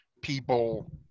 people